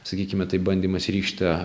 sakykime taip bandymas rykšte